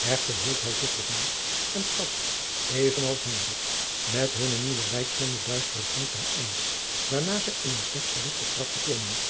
echter hield hij zich bedaard en trad even als hendrik met hunnen nieuwen leidsman de duistere gang ten einde waarna zij eene slecht verlichte trap beklommen